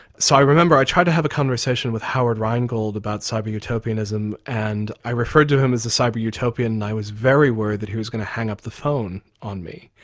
so i remember, i tried to have a conversation with howard rheingold about cyber utopianism, and i referred to him as a cyber utopian and i was very worried that he was going to hang up the phone on me.